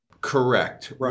Correct